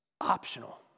optional